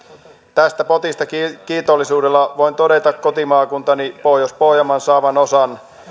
tästä potista kiitollisuudella voin todella kotimaakuntani pohjois pohjanmaan saavan osan